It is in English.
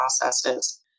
processes